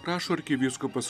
rašo arkivyskupas